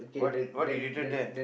what they what did they written there